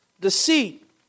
deceit